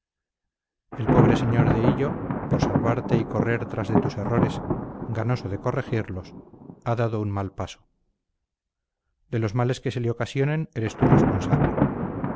el pobre sr de hillo por salvarte y correr tras de tus errores ganoso de corregirlos ha dado un mal paso de los males que se le ocasionen eres tú responsable